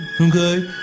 okay